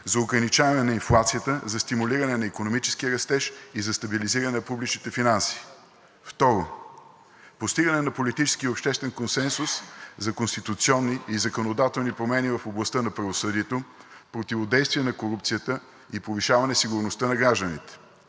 за ограничаване на инфлацията, за стимулиране на икономически растеж и за стабилизиране на публичните финанси. 2. Постигане на политически и обществен консенсус за конституционни и законодателни промени в областта на правосъдието, противодействие на корупцията и повишаване сигурността на гражданите.